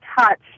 touch